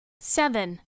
Seven